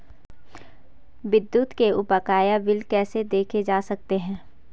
विद्युत के बकाया बिल कैसे देखे जा सकते हैं?